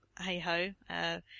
hey-ho